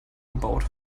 gebaut